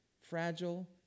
fragile